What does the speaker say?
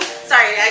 sorry